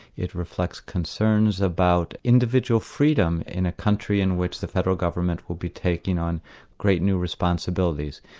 it reflects concerns about individual freedom in a country in which the federal government will be taking on great new responsibilities.